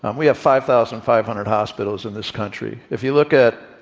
and we have five thousand five hundred hospitals in this country. if you look at,